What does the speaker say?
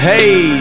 Hey